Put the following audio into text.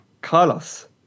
Carlos